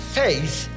faith